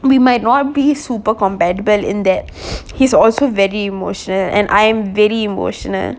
we might not be super compatible in that he's also very emotional and I am very emotional